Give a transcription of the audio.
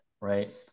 right